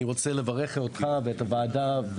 אני רוצה לברך אותך ואת הוועדה,